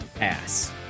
Ass